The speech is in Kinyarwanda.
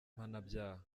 mpanabyaha